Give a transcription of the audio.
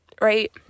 right